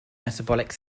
metabolic